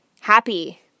happy